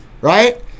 right